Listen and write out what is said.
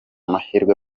mahirwe